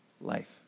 life